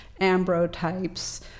ambrotypes